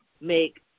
make